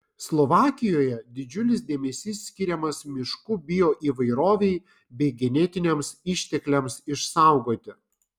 slovakijoje didžiulis dėmesys skiriamas miškų bioįvairovei bei genetiniams ištekliams išsaugoti